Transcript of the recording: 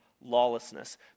lawlessness